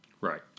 Right